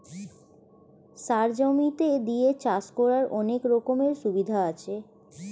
সার জমিতে দিয়ে চাষ করার অনেক রকমের সুবিধা আছে